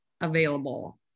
available